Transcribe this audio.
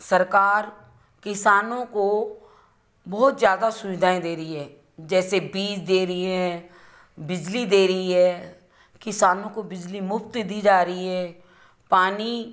सरकार किसानों को बहुत ज़्यादा सुविधाएँ दे रही है जैसे बीज दे रही है बिजली दे रही है किसानों को बिजली मुफ्त दी जा रही है पानी